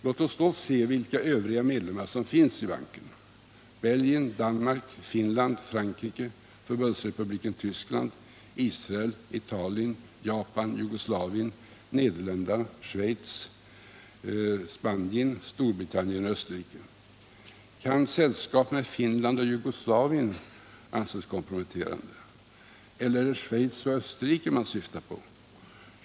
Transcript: Låt oss då se vilka övriga medlemmar som finns i banken: Belgien, Danmark, Finland, Frankrike, Förbundsrepubliken Tyskland, Israel, Italien, Japan, Jugoslavien, Nederländerna, Schweiz, Spanien, Storbritannien och Österrike. Kan sällskap med Finland och Jugoslavien anses komprometterande? Eller är det Schweiz och Österrike man syftar på?